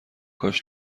کاش